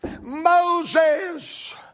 Moses